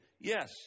yes